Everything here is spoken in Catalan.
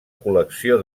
col·lecció